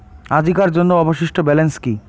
আজিকার জন্য অবশিষ্ট ব্যালেন্স কি?